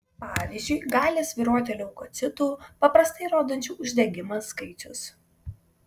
pavyzdžiui gali svyruoti leukocitų paprastai rodančių uždegimą skaičius